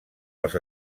als